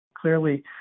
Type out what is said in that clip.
Clearly